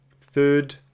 third